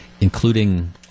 including